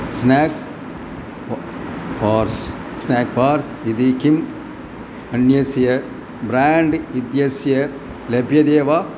snake bars snack bars इति किम् अन्यस्य ब्राण्ड् इत्यस्य लभ्यते वा